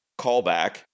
callback